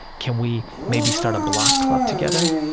can we maybe start a block club together?